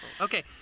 Okay